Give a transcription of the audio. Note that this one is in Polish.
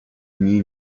dni